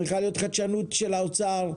של האוצר,